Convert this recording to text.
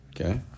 okay